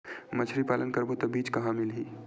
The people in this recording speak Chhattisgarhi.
मछरी पालन करबो त बीज कहां मिलही?